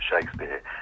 Shakespeare